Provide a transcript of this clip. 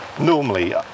normally